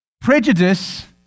Prejudice